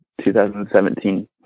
2017